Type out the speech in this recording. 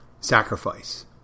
sacrifice